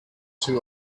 too